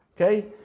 okay